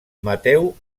mateu